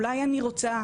אולי אני רוצה,